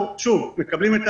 שוב, אנחנו מקבלים את